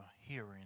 hearing